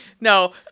no